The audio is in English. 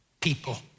People